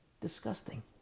Disgusting